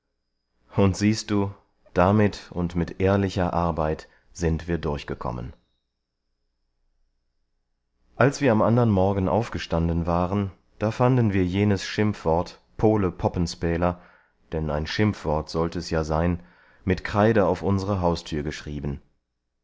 und siehst du damit und mit ehrlicher arbeit sind wir durchgekommen als wir am andern morgen aufgestanden waren da fanden wir jenes schimpfwort pole poppenspäler denn ein schimpfwort sollte es ja sein mit kreide auf unsere haustür geschrieben